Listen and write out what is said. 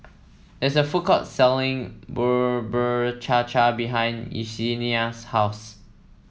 there is a food court selling Bubur Cha Cha behind Yesenia's house